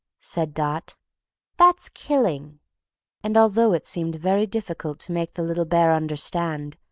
said dot that's killing and, although it seemed very difficult to make the little bear understand,